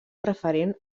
preferent